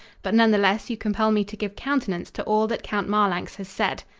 but none the less you compel me to give countenance to all that count marlanx has said.